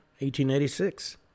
1886